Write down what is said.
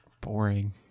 boring